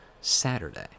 Saturday